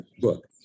book